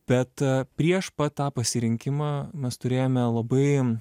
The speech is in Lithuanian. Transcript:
bet prieš pat tą pasirinkimą mes turėjome labai